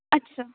ਅੱਛਾ